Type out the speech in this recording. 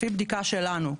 לפי בדיקה שלנו,